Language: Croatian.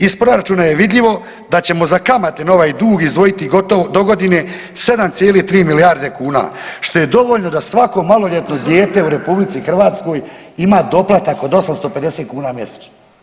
Iz proračuna je vidljivo da ćemo za kamate na ovaj dug izdvojiti gotovo dogodine 7,3 milijarde kuna, što je dovoljno da svako maloljetno dijete u RH ima doplatak od 850 kuna mjesečno.